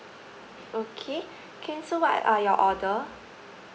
okay can so what are your order